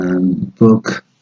book